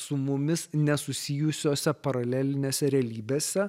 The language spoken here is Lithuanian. su mumis nesusijusiose paralelinėse realybėse